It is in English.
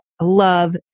Love